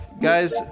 guys